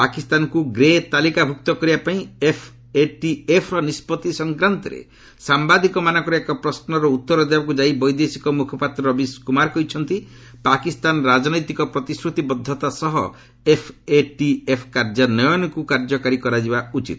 ପାକିସ୍ତାନକୁ ଗ୍ରେ ତାଲିକାଭୁକ୍ତ କରିବାପାଇଁ ଏଫ୍ଏଟିଏଫ୍ର ନିଷ୍ପଭି ସଂକ୍ରାନ୍ତରେ ସାମ୍ଭାଦିକମାନଙ୍କର ଏକ ପ୍ରଶ୍ନର ଉତ୍ତର ଦେବାକୁ ଯାଇ ବୈଦେଶିକ ମୁଖପାତ୍ର ରବୀଶ୍ କୁମାର କହିଛନ୍ତି ପାକିସ୍ତାନ ରାଜନୈତିକ ପ୍ରତିଶ୍ରତିବଦ୍ଧତା ସହ ଏଫ୍ଏଟିଏଫ୍ କାର୍ଯ୍ୟାନ୍ୱୟନକୁ କାର୍ଯ୍ୟକାରୀ କରାଯିବା ଉଚିତ